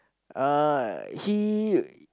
uh he